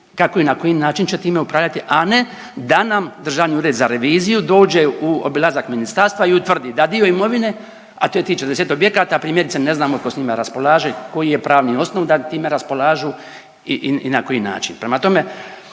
kako i na koji način će time upravljati, a ne da nam Državni ured za reviziju dođe u obilazak ministarstva i utvrdi da dio imovine, a to je tih 40 objekata primjerice ne znamo tko s njima raspolaže, koji je pravi osnov da time raspolažu i na koji način.